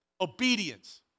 Obedience